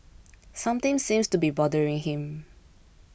something seems to be bothering him